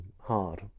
hard